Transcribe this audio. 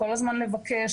כל הזמן לבקש,